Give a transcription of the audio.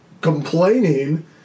complaining